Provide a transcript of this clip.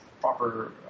proper